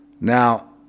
now